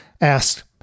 asked